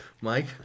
Mike